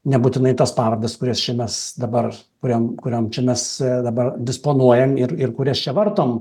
nebūtinai tas parodas kurias čia mes dabar kuriom kuriom čia mes dabar disponuojam ir ir kurias čia vartom